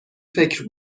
فکر